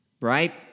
Right